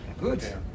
Good